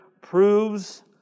proves